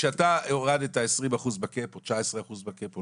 כשאתה הורדת 20% או 19% בקאפ,